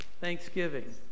thanksgiving